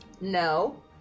No